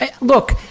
Look